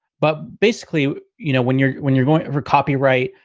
but basically, you know, when you're when you're going for copyright,